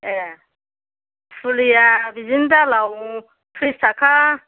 ए फुलिया बिदिनो दालआव थ्रिस थाखा